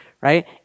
right